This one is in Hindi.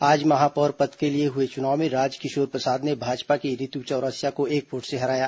आज महापौर पद के लिए हुए चुनाव में राजकिशोर प्रसाद ने भाजपा की रितु चौरसिया को एक वोट से हराया